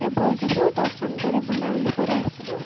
କେବଳ ଯିବୁ ଦର୍ଶନ କରି ବୁଲାବୁଲି କରି ଆସିବୁ